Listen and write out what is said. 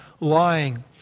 Lying